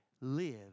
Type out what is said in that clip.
live